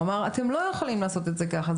אמר שאנחנו לא יכולים לעשות את זה ככה,